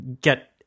Get